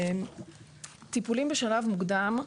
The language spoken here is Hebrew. טיפולים בשלב מוקדם,